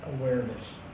awareness